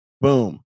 Boom